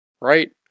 right